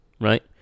right